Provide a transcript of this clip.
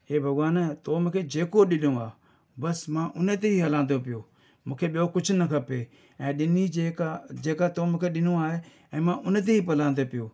हे भॻवान तो मूंखे जेको ॾिनो आहे बसि मां हुनते ई हलां थो पियो मूंखे ॿियो कुझु न खपे ऐं ॾिनी जेका जेका तो मूंखे ॾिनो आहे ऐं मां हुन ते ई पला थो पियो